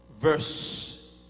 verse